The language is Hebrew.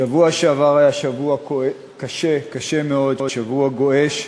השבוע שעבר היה שבוע קשה, קשה מאוד, שבוע גועש,